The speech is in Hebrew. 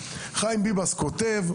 מכתב, חיים ביבס כותב: